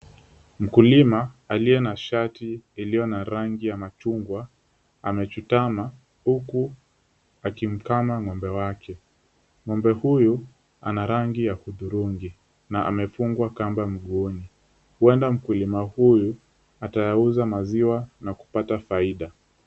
Mkulima aliye na shati iliyo na rangi ya machungwa amechutama huku akimkama ngombe wake. Ngombe huyu ana rangi ya hudhurungi na amefungwa kamba mguuni. Huenda mkulima huyu atayauza maziwa na kupata faida.